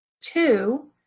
two